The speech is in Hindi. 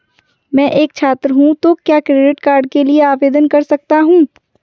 मैं एक छात्र हूँ तो क्या क्रेडिट कार्ड के लिए आवेदन कर सकता हूँ?